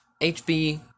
HB